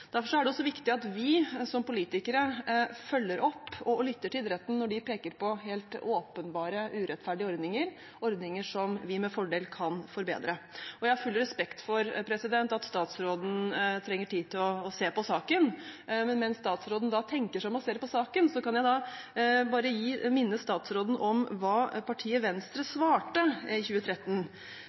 Derfor er det også viktig at vi som politikere følger opp og lytter til idretten når de peker på helt åpenbare urettferdige ordninger, ordninger som vi med fordel kan forbedre. Jeg har full respekt for at statsråden trenger tid til å se på saken, men mens statsråden da tenker seg om og ser på saken, kan jeg bare minne statsråden om hva partiet Venstre svarte NISO i